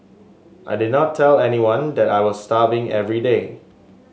I did not tell anyone that I was starving every day